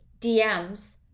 DMs